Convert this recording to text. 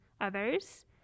others